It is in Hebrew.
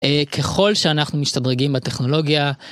ככל שאנחנו משתדרגים בטכנולוגיה.